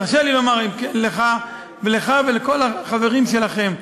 תרשה לי לומר לך ולכל החברים שלכם: